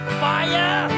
fire